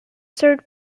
served